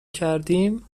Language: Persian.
کردیم